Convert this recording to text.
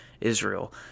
Israel